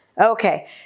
okay